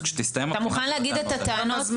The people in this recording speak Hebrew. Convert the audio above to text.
אתה מוכן להגיד את הטענות?